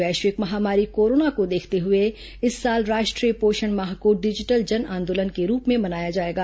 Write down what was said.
वैश्विक महामारी कोरोना को देखते हुए इस साल राष्ट्रीय पोषण माह को डिजिटल जनआंदोलन के रूप में मनाया जाएगा